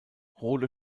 rohde